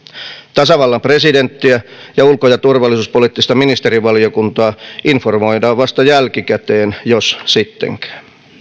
tasavallan presidenttiä ja ulko ja turvallisuuspoliittista ministerivaliokuntaa informoidaan vasta jälkikäteen jos sittenkään